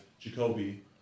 Jacoby